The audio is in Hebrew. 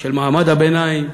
של מעמד הביניים,